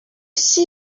see